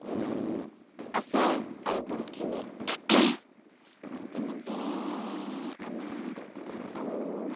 আছে আৰু বহুতখিনি তেনেকৈ আমাৰ আৰু